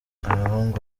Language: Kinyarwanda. abahungu